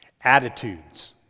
Attitudes